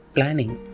Planning।